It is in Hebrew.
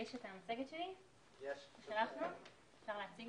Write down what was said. המסמך טרם הושלם להיום, אנו מקווים להציג